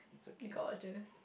gorgeous